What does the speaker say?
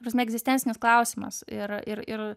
ta prasme egzistencinis klausimas ir ir ir